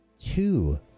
two